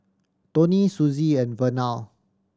Toni Susie and Vernal